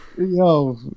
Yo